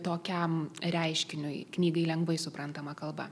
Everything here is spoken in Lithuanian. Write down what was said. tokiam reiškiniui knygai lengvai suprantama kalba